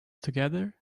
together